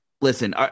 listen